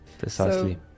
precisely